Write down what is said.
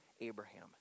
Abraham